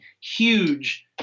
huge